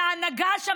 האדמה שווה